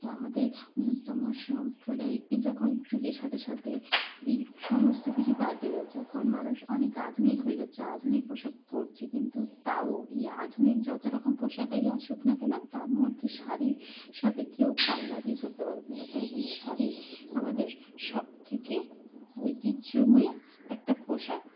তাই আমাদের উন্নতম সম্প্রদায় কিন্তু এখন যুগের সাথে সাথে এই সমস্ত কিছু পালটে যাচ্ছে এখন মানুষ অনেক আধুনিক হয়ে যাচ্ছে আধুনিক পোশাক পরছে কিন্তু তাও এই আধুনিক যত রকম পোশাকই আসুক না কেন তার মধ্যে শাড়ির সাথে কেউ পাল্লা দিয়ে চলতে পারবে না তাই এই শাড়ি আমাদের সব থেকে ঐতিহ্যময়ী একটা পোশাক